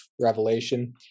Revelation